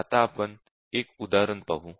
आता आपण एक उदाहरण पाहू